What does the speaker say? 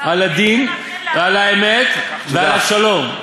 על הדין ועל האמת ועל השלום"